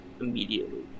immediately